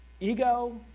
Ego